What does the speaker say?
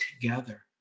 together